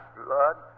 blood